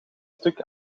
stuk